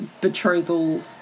betrothal